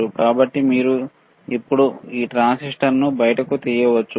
కాబట్టి మీరు ఇప్పుడు ఈ ట్రాన్సిస్టర్ను బయటకు తీయవచ్చు